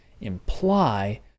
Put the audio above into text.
imply